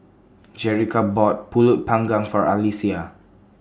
Jerica bought Pulut Panggang For Alyssia